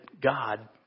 God